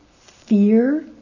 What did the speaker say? fear